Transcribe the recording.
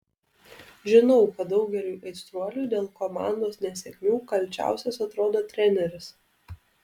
žinau kad daugeliui aistruolių dėl komandos nesėkmių kalčiausias atrodo treneris